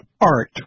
art